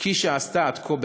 כפי שהיא עושה עד כה בהצלחה.